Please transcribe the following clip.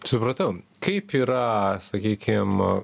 supratau kaip yra sakykim